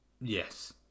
Yes